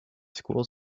school